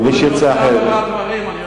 אני רוצה הבהרת דברים.